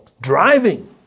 driving